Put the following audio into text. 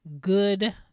good